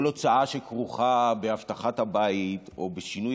כל הוצאה שכרוכה באבטחת הבית או בשינוי